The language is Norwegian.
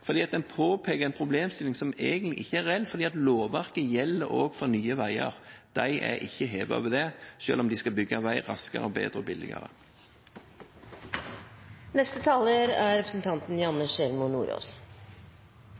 fordi den påpeker en problemstilling som egentlig ikke er reell, fordi lovverket gjelder også for Nye Veier. De er ikke hevet over det, selv om de skal bygge vei raskere, bedre og